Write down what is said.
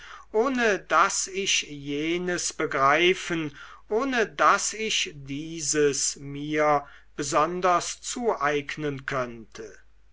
ohne daß ich jenes begreifen ohne daß ich diese mir besonders zueignen könnte